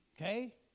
okay